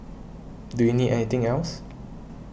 do you need anything else